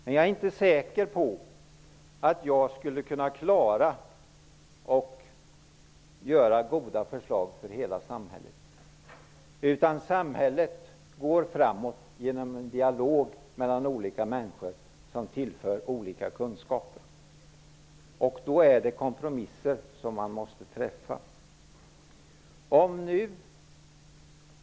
Men jag är inte säker på att jag skulle kunna klara av att göra goda förslag för hela samhället. Samhället går framåt genom dialog mellan olika människor som tillför olika kunskaper. Då måste man göra kompromisser.